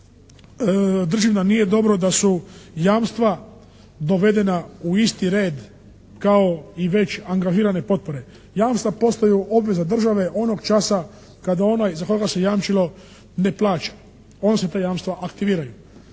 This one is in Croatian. držim da nije dobro da su jamstva dovedena u isti red kao i već angažirane potpore. Jamstva postaju obveza države onog časa kada onaj iza koga se jamčilo ne plaća. Onda se ta jamstva aktiviraju,